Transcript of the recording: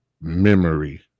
memory